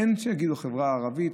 אין שיגידו: החברה הערבית,